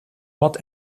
ort